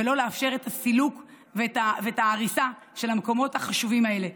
ולא לאפשר את הסילוק ואת ההריסה של המקומות החשובים האלה.